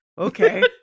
okay